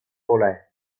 pole